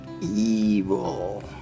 Evil